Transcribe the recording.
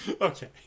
Okay